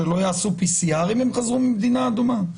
שלא יעשו בדיקת PCR אם הם חזרו ממדינה אדומה?